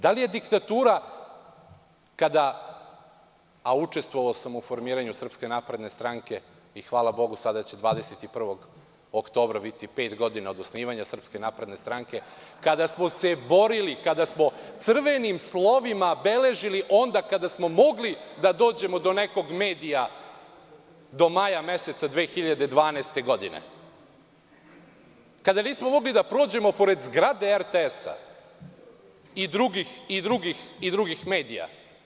Da li je diktatura kada, a učestovao sam u formiranju SNS i, hvala Bogu, sada će 21. oktobra biti pet godina od osnivanja SNS, smo se borili, kada smo crvenim slovima beležili, onda kada smo mogli, kada dođemo do nekih medija do maja meseca 2012. godine, kada nismo mogli da prođemo pored zgrade RTS i drugih medija?